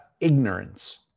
ignorance